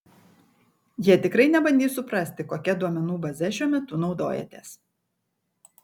jie tikrai nebandys suprasti kokia duomenų baze šiuo metu naudojatės